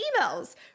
emails